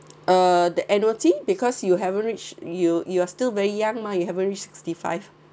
uh the annuity because you haven't reach you you are still very young mah you haven't reach sixty-five